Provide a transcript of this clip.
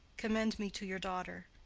commend me to your daughter.